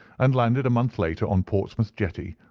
and landed a month later on portsmouth jetty,